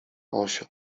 osioł